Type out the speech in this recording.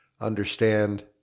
understand